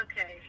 Okay